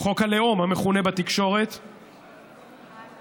המכונה בתקשורת "חוק הלאום".